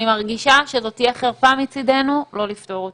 מרגישה שזו תהיה חרפה מצדנו לא לפתור אותו.